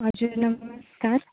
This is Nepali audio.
हजुर नमस्कार